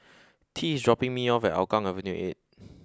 tea is dropping me off at Hougang Avenue A